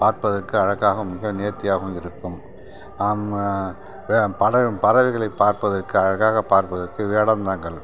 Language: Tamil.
பார்ப்பதற்கு அழகாவும் மிக நேர்த்தியாவும் இருக்கும் ஆமாம் பறவை பறவைகளை பார்ப்பதற்கு அழகாக பார்ப்பதற்கு வேடந்தாங்கல்